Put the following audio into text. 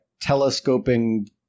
telescoping